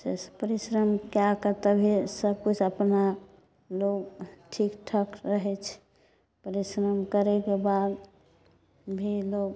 एहि से परिश्रम कैके तबे सब किछु अपना लोग ठीक ठाक रहैत छै परिश्रम करैके बाद भी लोग